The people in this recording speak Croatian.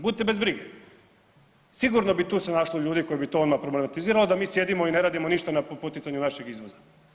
Budite bez brige, sigurno bi tu se našlo ljudi koji bi to ono problematiziralo da mi sjedimo i ne radimo ništa na poticanju našeg izvoza.